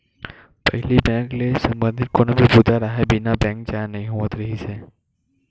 पहिली बेंक ले संबंधित कोनो भी बूता राहय बिना बेंक जाए नइ होवत रिहिस हे